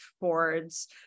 boards